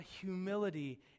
humility